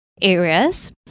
areas